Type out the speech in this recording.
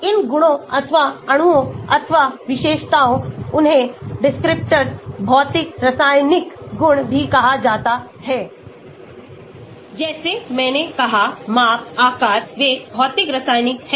इन गुणों अथवा अणुओं अथवा विशेषताओं उन्हें descriptors भौतिक रासायनिक गुण भी कहा जाता है जैसे मैंने कहा माप आकार वे भौतिक रासायनिक हैं